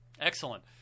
Excellent